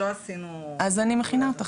--- לא עשינו -- אז אני מכינה אותך